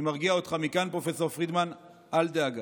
אני מרגיע אותך מכאן, פרופ' פרידמן, אל דאגה.